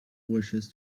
wishes